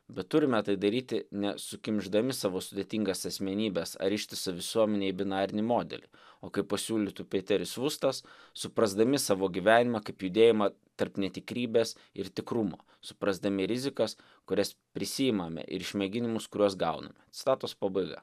bet turime tai daryti ne sukimšdami savo sudėtingas asmenybes ar ištisą visuomenę į binarinį modelį o kaip pasiūlytų piteris vustas suprasdami savo gyvenimą kaip judėjimą tarp netikrybės ir tikrumo suprasdami rizikas kurias prisiimame ir išmėginimus kuriuos gauname citatos pabaiga